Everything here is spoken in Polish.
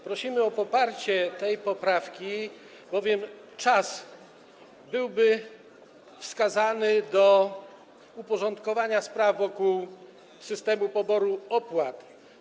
Prosimy o poparcie tej poprawki, bowiem jest to czas wskazany do uporządkowania spraw wokół systemu poboru opłat.